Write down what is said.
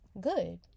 Good